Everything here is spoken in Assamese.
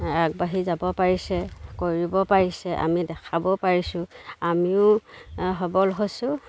আগবাঢ়ি যাব পাৰিছে কৰিব পাৰিছে আমি দেখাব পাৰিছোঁ আমিও সবল হৈছোঁ